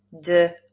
de